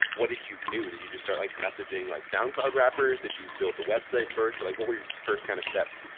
what did you do? did you just start like messaging like soundcloud? rappers? did you build the website first, like when we first kind of steps?